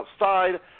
outside